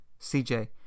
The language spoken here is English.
CJ